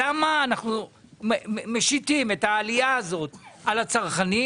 למה אנחנו משיתים את העלייה הזאת על הצרכנים?